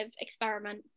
experiment